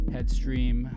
Headstream